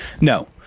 no